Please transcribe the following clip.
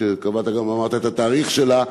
ואמרת גם את התאריך שלה,